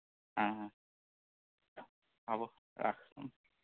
অঁ হ'ব অঁ